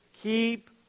keep